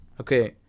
Okay